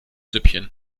süppchen